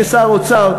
כשר האוצר,